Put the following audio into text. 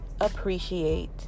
appreciate